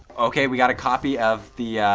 okay, we got a copy of the